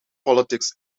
politics